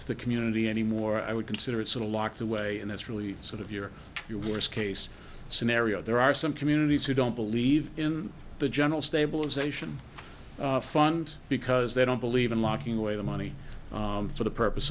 to the community anymore i would consider it's a locked away and that's really sort of your your worst case scenario there are some communities who don't believe in the general stabilization fund because they don't believe in locking away the money for the purpose